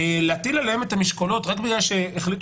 להטיל עליהם את המשקולות רק בגלל שהחליטו